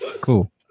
Cool